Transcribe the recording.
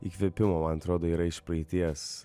įkvėpimo man atrodo yra iš praeities